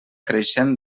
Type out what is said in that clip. creixent